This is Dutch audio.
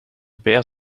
beer